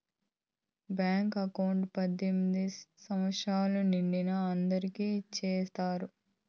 bank account పద్దెనిమిది సంవచ్చరాలు నిండిన అందరికి చేత్తారు